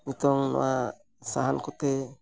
ᱱᱤᱛᱚᱜ ᱱᱚᱣᱟ ᱥᱟᱦᱟᱱ ᱠᱚᱛᱮ